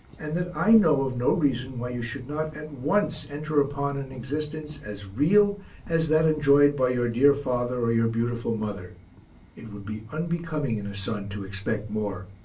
and that i know of no reason why you should not at once enter upon an existence as real as that enjoyed by your dear father or your beautiful mother it would be unbecoming in a son to expect more.